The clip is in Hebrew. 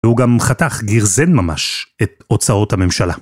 והוא גם חתך - גירזן ממש - את הוצאות הממשלה.